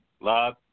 love